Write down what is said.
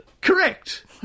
Correct